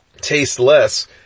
tasteless